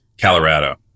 Colorado